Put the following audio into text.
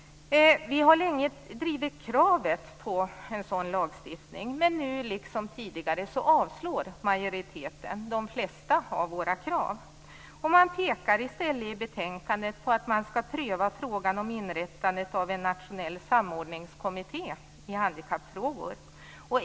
Vi har länge drivit kravet på en sådan lagstiftning, men nu, liksom tidigare, avstyrker majoriteten de flesta av våra krav. I stället pekar man i betänkandet på att man skall pröva frågan om inrättandet av en nationell samordningkommitté när det gäller handikappfrågor.